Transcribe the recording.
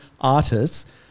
artists